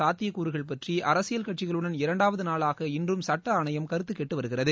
சாத்திய கூறுகள் பற்றி அரசியல் கட்சிகளுடன் இரண்டாவது நாளாக இன்றும் சுட்ட ஆணையம் கருத்து கேட்டு வருகிறது